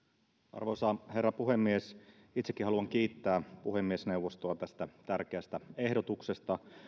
arvoisa herra puhemies itsekin haluan kiittää puhemiesneuvostoa tästä tärkeästä ehdotuksesta